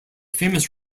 famous